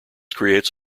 creates